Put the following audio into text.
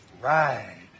Ride